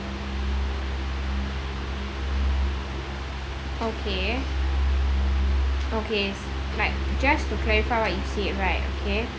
okay okay like just to clarify what you said right okay